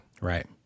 Right